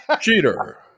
Cheater